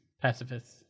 pacifists